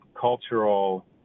cultural